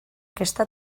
aquesta